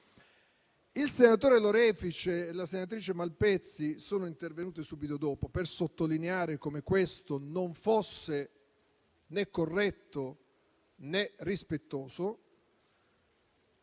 Il senatore Lorefice e la senatrice Malpezzi sono intervenuti subito dopo per sottolineare come questo non fosse né corretto, né rispettoso.